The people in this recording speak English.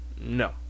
No